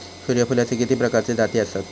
सूर्यफूलाचे किती प्रकारचे जाती आसत?